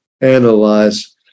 analyze